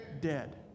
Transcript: dead